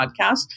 podcast